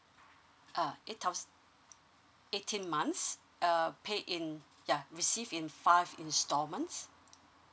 uh eight thousand eighteen months uh pay in yeah receive in five installments